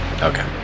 okay